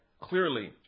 clearly